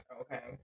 Okay